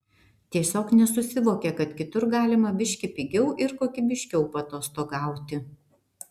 tiesiog nesusivokia kad kitur galima biški pigiau ir kokybiškiau paatostogauti